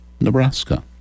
Nebraska